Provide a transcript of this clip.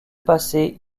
passez